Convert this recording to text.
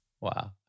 Wow